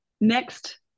next